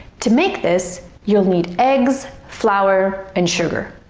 to make this, you'll need eggs, flour and sugar